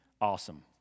Awesome